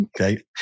Okay